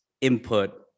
Input